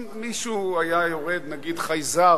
אם מישהו היה יורד, נגיד חייזר,